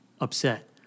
upset